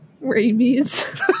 Rabies